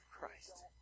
Christ